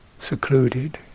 secluded